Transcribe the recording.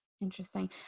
Interesting